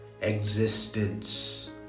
existence